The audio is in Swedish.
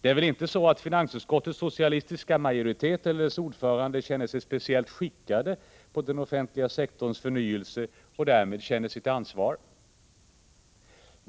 Det är väl inte så att finansutskottets socialistiska majoritet eller dess ordförande känner sig speciellt skickade att behandla frågor om den offentliga sektorns förnyelse och därmed känner sitt ansvar?